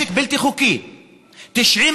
תגיד לי,